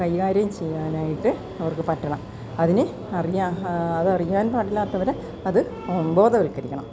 കൈകാര്യം ചെയ്യാനായിട്ട് അവർക്ക് പറ്റണം അതിന് അറിയാൻ അതറിയാൻ പാടില്ലാത്തവര് അത് ബോധവൽക്കരിക്കണം